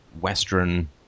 Western